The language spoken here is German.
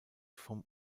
vom